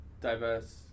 diverse